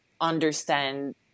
understand